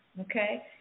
okay